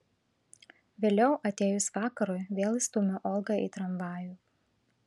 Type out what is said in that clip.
vėliau atėjus vakarui vėl įstūmiau olgą į tramvajų